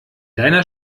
deiner